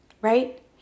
Right